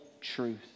truth